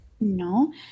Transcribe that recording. No